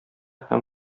һәм